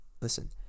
listen